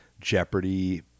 Jeopardy